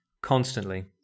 constantly